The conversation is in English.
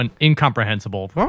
incomprehensible